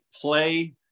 play